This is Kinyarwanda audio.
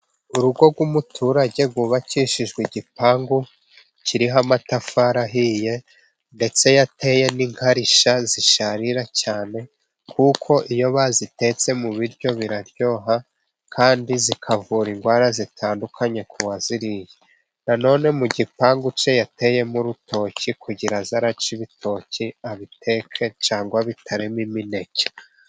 Urugo rw'umuturage rwubakishijwe igipangu kiriho amatafari ahiye, ndetse yateye n'inkarishya zisharira cyane, kuko iyo bazitetse mu biryo biraryoha, kandi zikavura indwara zitandukanye kuwaziriye. Na none mu gipangu cye yateyemo urutoki, kugira ngo ajye aca ibitoke abiteke cyangwa abitaremo imineke.